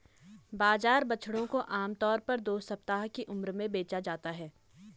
बाजार बछड़ों को आम तौर पर दो सप्ताह की उम्र में बेचा जाता है